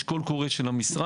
יש קול קורא של המשרד.